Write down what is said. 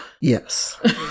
Yes